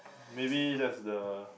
maybe that's the